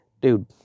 Dude